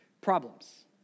problems